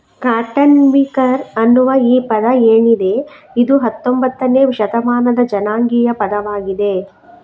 cotton picker ಅನ್ನುವ ಈ ಪದ ಏನಿದೆ ಇದು ಹತ್ತೊಂಭತ್ತನೇ ಶತಮಾನದ ಜನಾಂಗೀಯ ಪದವಾಗಿದೆ